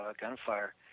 gunfire